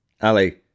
Ali